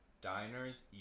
diners